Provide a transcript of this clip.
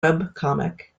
webcomic